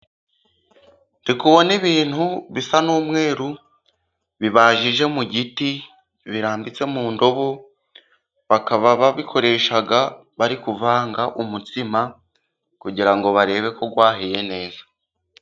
Ndikubona ibintu bisa n'umweru bibajije mu giti biranditse mu ndobo, bakaba babikoresha bari kuvanga umutsima kugira ngo barebe ko wahiye neza.